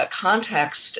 context